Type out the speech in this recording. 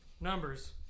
numbers